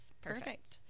perfect